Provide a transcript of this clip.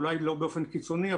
אולי לא באופן קיצוני,